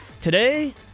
Today